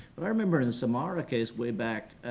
but i remember in the samara case way back,